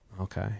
okay